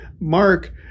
Mark